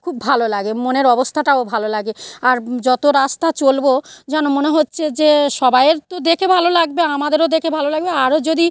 খুব ভালো লাগে মনের অবস্থাটাও ভালো লাগে আর যত রাস্তা চলব যেন মনে হচ্ছে যে সবাইয়ের তো দেখে ভালো লাগবে আমাদেরও দেখে ভালো লাগবে আরও যদি